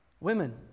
women